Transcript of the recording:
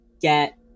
get